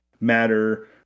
matter